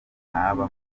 mwaba